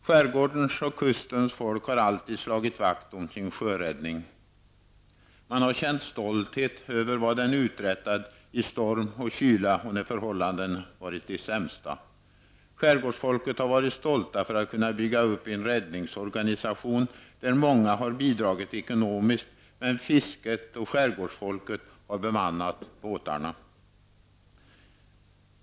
Skärgårdens och kustens folk har alltid slagit vakt om sin sjöräddning. Man har känt stolthet över vad den har uträttat i storm, kyla och när förhållandena varit de sämsta. Skärgårdsfolket har varit stolt över att kunna bygga upp en räddningsorganisation där många har bidragit ekonomiskt, men fiskar och skärgårdsfolket har bemannat båtarna.